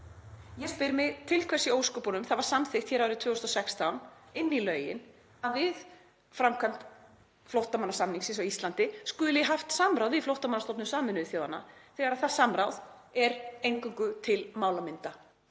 Ég spyr mig til hvers í ósköpunum það var samþykkt hér inn í lögin árið 2016 að við framkvæmd flóttamannasamningsins á Íslandi skuli haft samráð við Flóttamannastofnun Sameinuðu þjóðanna þegar það samráð er eingöngu til málamynda.